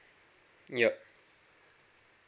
yup